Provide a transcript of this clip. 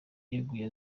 yeguye